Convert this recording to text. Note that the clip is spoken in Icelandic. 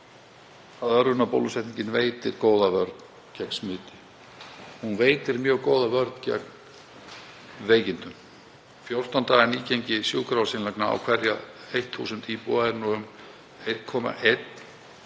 að örvunarbólusetningin veitir góða vörn gegn smiti. Hún veitir mjög góða vörn gegn veikindum. 14 daga nýgengi sjúkrahúsinnlagna á hverja 1.000 íbúa er um 1,1